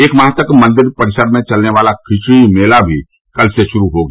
एक माह तक मंदिर परिसर में चलने वाला खिचड़ी मेला भी से कल शुरू हो गया